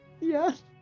Yes